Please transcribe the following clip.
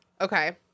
Okay